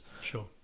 Sure